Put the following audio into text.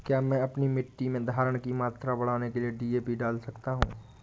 क्या मैं अपनी मिट्टी में धारण की मात्रा बढ़ाने के लिए डी.ए.पी डाल सकता हूँ?